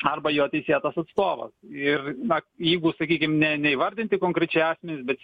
arba jo teisėtas atstovas ir na jeigu sakykim ne neįvardinti konkrečiai akmenys bet